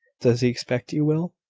does he expect you will?